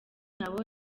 nabo